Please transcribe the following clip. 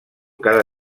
cada